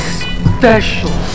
special